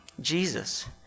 Jesus